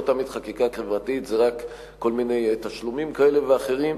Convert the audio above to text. לא תמיד חקיקה חברתית זה רק כל מיני תשלומים כאלה ואחרים.